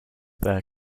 there